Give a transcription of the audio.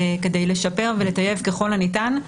כדי לשפר ולטייב ככל הניתן.